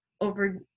over